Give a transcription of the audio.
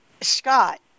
Scott